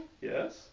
Yes